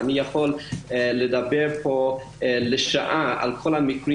אני יכול לדבר כאן במשך שעה ולספר על כל המקרים